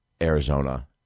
arizona